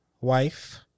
wife